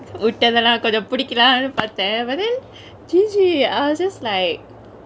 விட்டதலா கொஞ்ஜொ புடிக்கலானு பாத்தெ:vittathalaa konjo pudikalaanu paarthe but then G_G I was just like